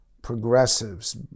Progressives